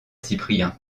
cyprien